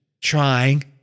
trying